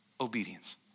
obedience